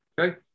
Okay